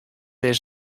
ris